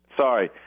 sorry